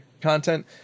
content